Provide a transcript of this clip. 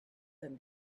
them